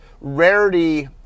rarity